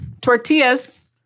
tortillas